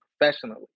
professionally